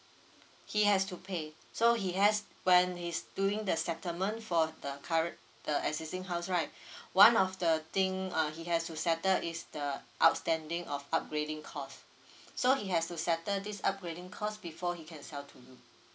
he has to pay so he has when he's doing the settlement for the current the existing house right one of the thing uh he has to settle is the outstanding of upgrading cost so he has to settle this upgrading cost before he can sell to you